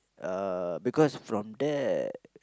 uh because from there